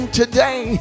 today